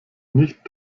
nicht